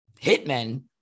hitmen